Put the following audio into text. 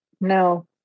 No